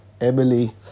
Emily